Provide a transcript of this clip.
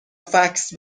فکس